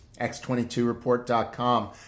x22report.com